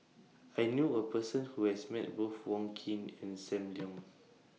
I knew A Person Who has Met Both Wong Keen and SAM Leong